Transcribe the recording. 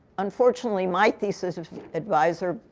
unfortunately, my thesis adviser,